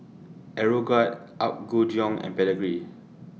Aeroguard Apgujeong and Pedigree